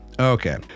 Okay